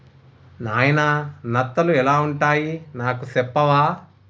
నాయిన నత్తలు ఎలా వుంటాయి నాకు సెప్పవా